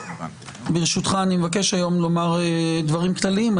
אני מבקש לומר היום דברים כלליים,